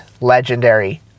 legendary